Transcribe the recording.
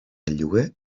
lloguer